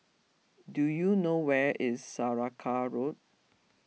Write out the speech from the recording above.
do you know where is Saraca Road